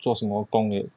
做什么工作也